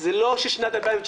זה לא ששנת 2019,